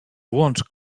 włącz